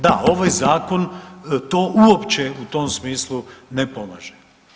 Da, ovaj zakon to uopće u tom smislu ne pomaže.